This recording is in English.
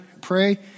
pray